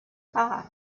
heart